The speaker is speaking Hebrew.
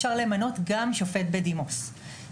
אפשר למנות גם שופט בדימוס.